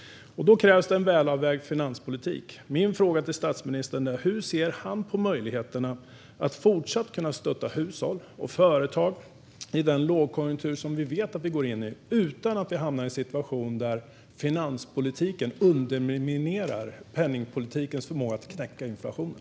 Då krävs det en välavvägd finanspolitik. Min fråga till statsministern är hur han ser på möjligheterna att fortsatt stötta hushåll och företag i den lågkonjunktur som vi vet att vi går in i, utan att vi hamnar i en situation där finanspolitiken underminerar penningpolitikens förmåga att knäcka inflationen.